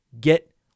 Get